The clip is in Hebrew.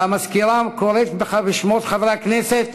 והמזכירה קוראת בשמות חברי הכנסת,